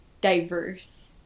diverse